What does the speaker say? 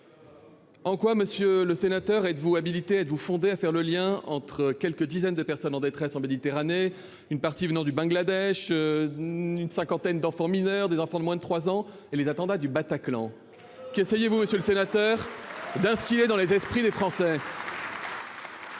En quoi, monsieur le sénateur, êtes-vous fondé à faire le lien entre quelques dizaines de personnes en détresse en Méditerranée, dont une partie vient du Bangladesh, une cinquantaine sont des enfants mineurs, dont certains ont moins de 3 ans, et les attentats du Bataclan ? Qu'essayez-vous, monsieur le sénateur, d'instiller dans les esprits des Français ?